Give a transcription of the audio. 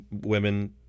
women